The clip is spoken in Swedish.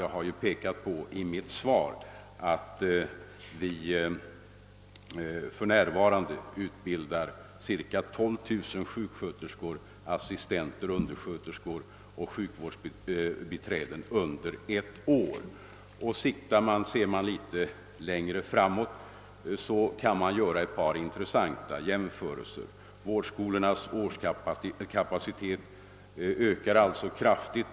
Jag har i mitt svar påpekat att vi för närvarande under ett ir utbildar cirka 12 000 sjuksköterskor, assistenter, undersköterskor och sjukvårdsbiträden. Ser man något längre framåt kan man göra ett par intressanta jämförelser. Vårdskolornas årskapacitet ökar alltså kraftigt.